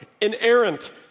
inerrant